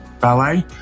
Ballet